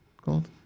called